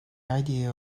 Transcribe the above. idea